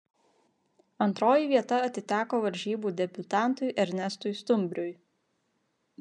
antroji vieta atiteko varžybų debiutantui ernestui stumbriui